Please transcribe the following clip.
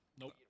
Nope